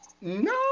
No